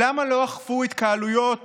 למה לא אכפו התקהלויות